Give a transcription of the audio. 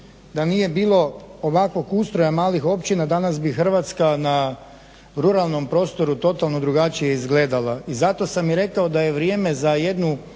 Da nije bilo ovakvog ustroja malih općina danas bi Hrvatska na ruralnom prostoru totalno drugačije izgledala, i zato sam i rekao da je vrijeme za jednu